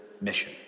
mission